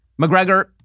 McGregor